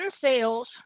sales